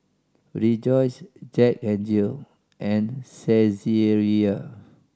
Rejoice Jack N Jill and Saizeriya